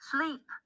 Sleep